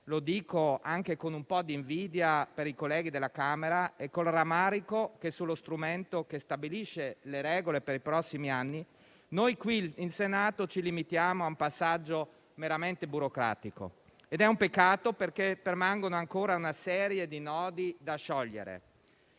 lo dico anche con un po' di invidia per i colleghi della Camera e con rammarico poiché, sullo strumento che stabilisce le regole per i prossimi anni, qui in Senato ci limitiamo a un passaggio meramente burocratico; ed è un peccato, perché permane ancora una serie di nodi da sciogliere.